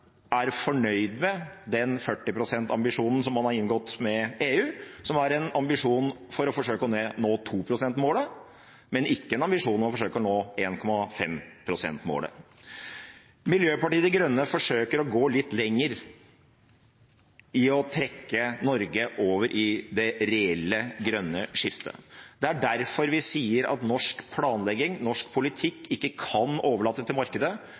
er fornøyd med den 40 pst.-ambisjonen som man har inngått med EU, som er en ambisjon om å forsøke å nå 2 pst.-målet, men ikke en ambisjon om å forsøke å nå 1,5 pst.-målet. Miljøpartiet De Grønne forsøker å gå litt lenger i å trekke Norge over i det reelle grønne skiftet. Det er derfor vi sier at norsk planlegging, norsk politikk, ikke kan overlate det til markedet,